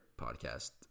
podcast